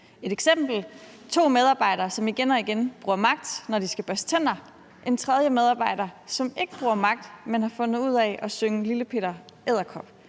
at der er to medarbejdere, der igen og igen bruger magt, når de skal børste tænder, og så er der en tredje medarbejder, som ikke bruger magt, men har fundet ud af at synge »Lille Peter Edderkop«.